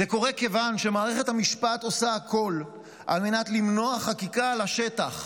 זה קורה כיוון שמערכת המשפט עושה הכול על מנת למנוע חקיקה על השטח,